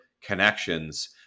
connections